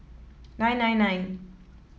nine nine nine